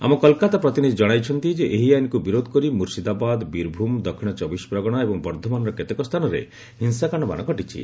ଆମ କଲିକତା ପ୍ରତିନିଧି ଜଣାଇଛନ୍ତି ଯେ ଏହି ଆଇନକୁ ବିରୋଧ କରି ମୁର୍ଶିଦାବାଦ ବୀରଭୂମ ଦକ୍ଷିଣ ଚବିଶ ପ୍ରଗଣା ଏବଂ ବର୍ଦ୍ଧମାନର କେତେକ ସ୍ଥାନରେ ହିଂସାକାଣ୍ଡମାନ ଘଟିଛି